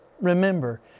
remember